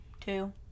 two